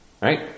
Right